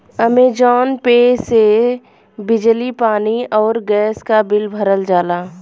Amazon Pay से बिजली पानी आउर गैस क बिल भरल जाला